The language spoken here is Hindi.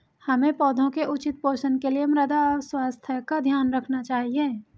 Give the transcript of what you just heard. हमें पौधों के उचित पोषण के लिए मृदा स्वास्थ्य का ध्यान रखना चाहिए